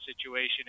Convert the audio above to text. situation